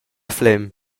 flem